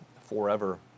forever